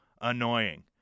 Annoying